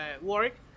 work